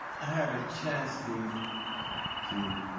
i had a chance to to